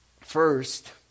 First